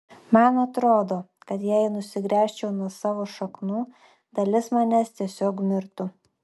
man atrodo kad jei nusigręžčiau nuo savo šaknų dalis manęs tiesiog mirtų